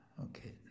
okay